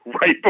right